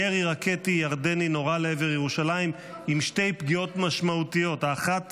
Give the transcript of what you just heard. ירי רקטי ירדני נורה לעבר ירושלים עם שתי פגיעות משמעותיות: האחת